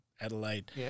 Adelaide